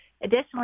Additionally